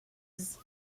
lives